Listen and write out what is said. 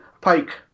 Pike